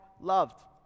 loved